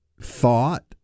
thought